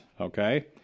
okay